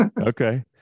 okay